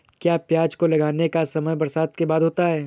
क्या प्याज को लगाने का समय बरसात के बाद होता है?